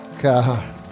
God